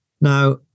Now